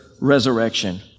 resurrection